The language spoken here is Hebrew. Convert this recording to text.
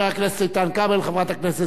חברת הכנסת זוארץ, בבקשה,